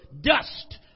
dust